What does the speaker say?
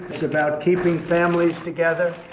it's about keeping families together,